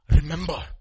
Remember